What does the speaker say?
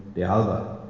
de alva.